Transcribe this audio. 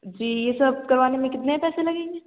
جی یہ سب کروانے میں کتنے پیسے لگیں گے